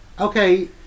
Okay